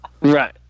Right